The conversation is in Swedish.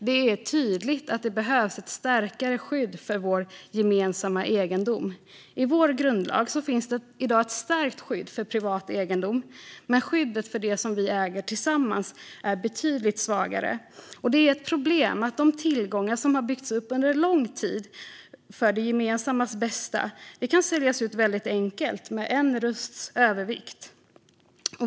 Det är tydligt att det behövs ett starkare skydd för vår gemensamma egendom. I vår grundlag finns det i dag ett starkt skydd för privat egendom, men skyddet för det som vi äger tillsammans är betydligt svagare. Det är ett problem att de tillgångar som under lång tid har byggts upp för det gemensammas bästa kan säljas ut väldigt enkelt, med en rösts övervikt.